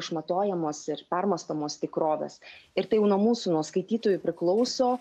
išmatuojamos ir permąstomos tikrovės ir tai jau nuo mūsų nuo skaitytojų priklauso